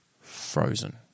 Frozen